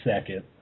second